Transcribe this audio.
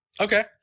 Okay